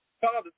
father